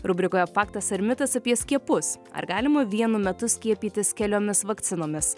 rubrikoje faktas ar mitas apie skiepus ar galima vienu metu skiepytis keliomis vakcinomis